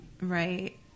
right